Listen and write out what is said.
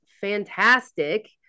fantastic